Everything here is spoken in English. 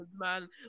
man